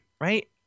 right